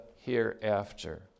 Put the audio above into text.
hereafter